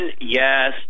Yes